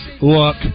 look